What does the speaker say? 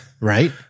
right